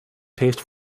taste